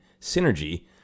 synergy